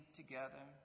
together